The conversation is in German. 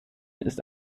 ist